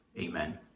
amen